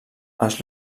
els